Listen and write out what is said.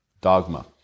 dogma